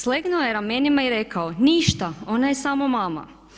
Slegnuo je ramenima i rekao ništa, ona je samo mama.